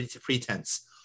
pretense